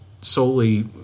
solely